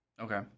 Okay